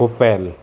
Opel